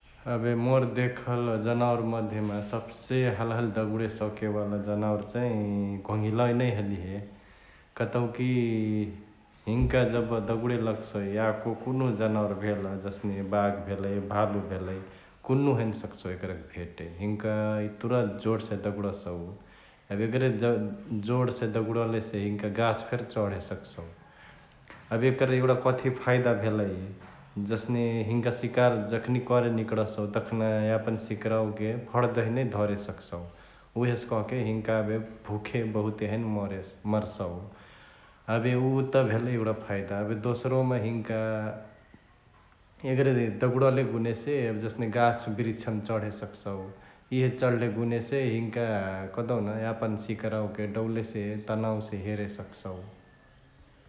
एबे मोर देखल जनावर मध्यमा सबसे हलाहाली दगुडे सकेवाला जनावर चैं घोंघिलावा नै हलिहे । कतौकी हिन्का जब दगुडे लगसै याको कुन्हु जनावर भेल जसने बाघ भेलई, भालु भेलई कुन्हु हैने सकसौ एकरके भेटे । हिन्का एतुरा जोड से दगुड्सउ ,एबे एगेरे जोड से दगुडलेसे हिन्का गाछ फेरी चढे सकसौ । एबे एकर एगुडा कथी फाइदा भेलई, जसने हिन्का सिकार जखनी करे निकडसउ तखना यापन सिकरवा के फट दहिया नै धरे सकसउ । उहेसे कहके हिन्का एबे भुखे बहुते हैने मारे..मरसउ । एबे उ त भेलाई एउटा फाइदा एबे दोस्रो म हिन्का एगरे दगुडले गुने से एबे जसने गाछ बृक्ष मा चढे सकसउ ,यिहे चड्ले गुनेसे हिनका कहदेउ न यापन सकरवा के डौलेसे तनाउ से हेरे सकसउ ।